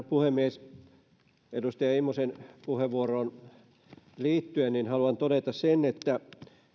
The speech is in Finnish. puhemies edustaja immosen puheenvuoroon liittyen haluan todeta sen että